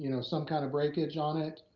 you know some kind of breakage on it,